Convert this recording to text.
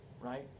right